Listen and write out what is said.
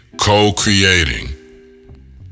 co-creating